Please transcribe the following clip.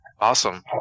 awesome